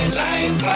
life